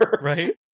Right